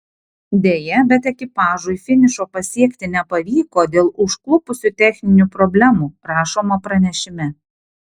deja bet ekipažui finišo pasiekti nepavyko dėl užklupusių techninių problemų rašoma pranešime